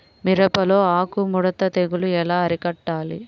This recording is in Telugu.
మిరపలో ఆకు ముడత తెగులు ఎలా అరికట్టాలి?